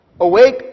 Awake